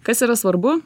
kas yra svarbu